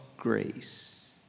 Grace